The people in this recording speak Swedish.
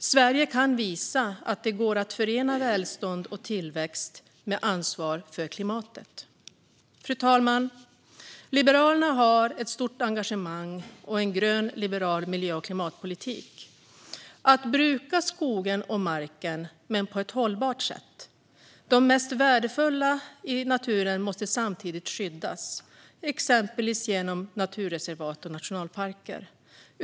Sverige kan visa att det går att förena välstånd och tillväxt med ansvar för klimatet. Fru talman! Liberalerna har ett stort engagemang och en grön, liberal miljö och klimatpolitik: att bruka skogen och marken men på ett hållbart sätt. Den mest värdefulla naturen måste samtidigt skyddas, exempelvis genom naturreservat och nationalparker.